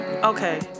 Okay